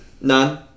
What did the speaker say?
None